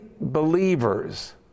believers